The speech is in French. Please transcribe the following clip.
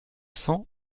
cents